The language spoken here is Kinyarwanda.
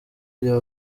bya